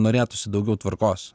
norėtųsi daugiau tvarkos